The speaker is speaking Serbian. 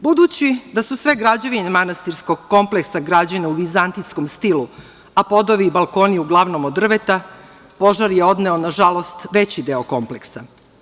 Budući da su sve građevine manastirskom kompleksa građene u vizantijskom stilu, a podovi i balkoni uglavnom od drveta, požar je odneo, nažalost, veći deo kompleksa.